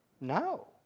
No